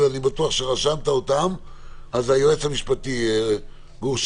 היועץ המשפטי גור,